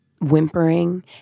whimpering